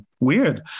weird